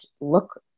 look